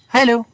Hello